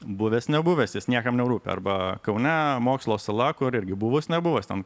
buvęs nebuvęs jis niekam nerūpi arba kaune mokslo sala kur irgi buvus nebuvus ten